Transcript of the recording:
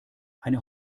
eine